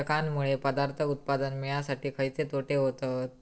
कीटकांनमुळे पदार्थ उत्पादन मिळासाठी खयचे तोटे होतत?